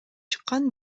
чыккан